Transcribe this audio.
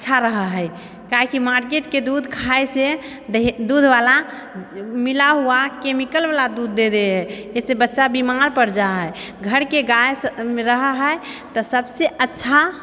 अच्छा रहऽ है काहे कि मार्केटके दूध खाइसे दह दूधवला मिला हुआ केमिकलवला दूध दए दै है इससे बच्चा बीमार पड़ि जाइ है घरके गाय रहऽ है तऽ सबसँ अच्छा